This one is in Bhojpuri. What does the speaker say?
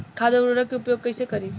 खाद व उर्वरक के उपयोग कईसे करी?